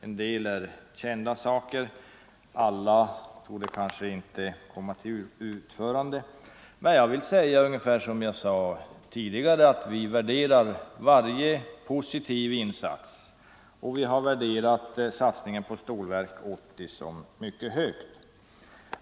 En del är kända saker, och alla kommer kanske inte till utförande. Jag vill säga ungefär som jag sade tidigare: Vi värderar varje positiv insats, och vi har värderat satsningen på Stålverk 80 mycket högt.